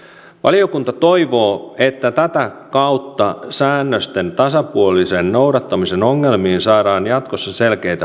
valiokunta toivoo että tätä kautta säännösten tasapuolisen noudattamisen ongelmiin saadaan jatkossa selkeitä parannuksia